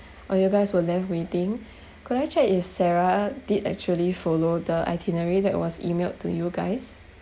or you guys were left waiting could I check if sarah did actually follow the itinerary that was emailed to you guys